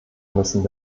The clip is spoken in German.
müssen